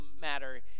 matter